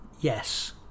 Yes